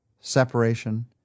separation